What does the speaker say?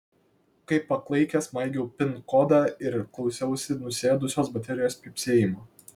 kaip paklaikęs maigiau pin kodą ir klausiausi nusėdusios baterijos pypsėjimo